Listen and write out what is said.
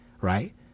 right